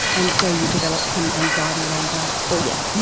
and so you developed some anxiety around that. oh yeah.